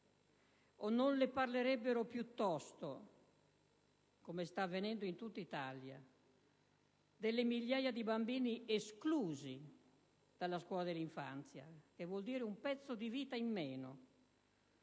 O non le parlerebbe piuttosto, come sta avvenendo in tutta Italia, delle migliaia di bambini esclusi dalla scuola dell'infanzia, che vuol dire un pezzo di vita in meno;